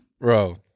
Bro